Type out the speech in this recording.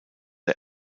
der